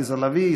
עליזה לביא,